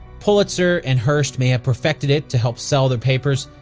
pulitzer and hearst may have perfected it to help sell their papers,